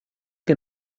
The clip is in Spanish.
que